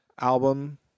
album